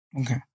Okay